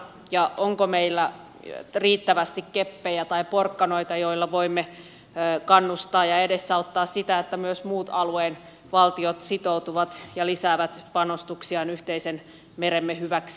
ja onko meillä riittävästi keppejä tai porkkanoita joilla voimme kannustaa ja edesauttaa sitä että myös muut alueen valtiot sitoutuvat ja lisäävät panostuksiaan yhteisen meremme hyväksi